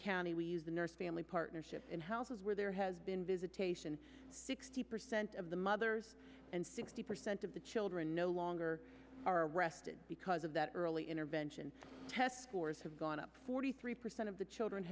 county we use the nurse family partnership in houses where there has been visitation sixty percent of the mothers and sixty percent of the children no longer are arrested because of that early intervention test scores have gone up forty three percent of the children